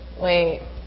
Wait